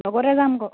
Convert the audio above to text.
লগতে যাম আকৌ